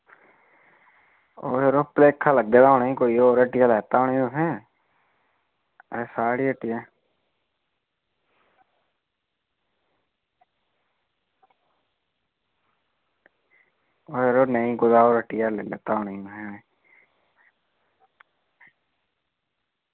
ओह् यरो भलेखा लग्गे दा होना ई कोई होर हट्टिया लैते दा होना तुसें साढ़ी हट्टिया ओह् यरो नेईं कुतै होर हट्टिया लेई लैता होना ई तुसें